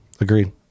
Agreed